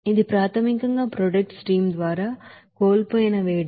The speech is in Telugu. ఇది ప్రాథమికంగా ప్రొడక్ట్ స్ట్రీమ్ ద్వారా కోల్పోయిన వేడి